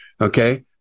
Okay